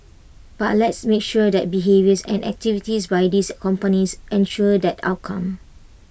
but let's make sure that behaviours and activities by these companies ensure that outcome